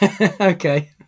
Okay